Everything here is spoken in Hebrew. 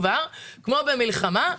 כמו במלחמה,